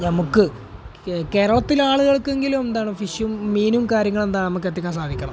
നമുക്ക് കേരളത്തിലെ ആളുകൾക്കെങ്കിലും എന്താണ് ഫിഷും മീനും കാര്യങ്ങളും എന്താണ് നമുക്കെത്തിക്കാൻ സാധിക്കണം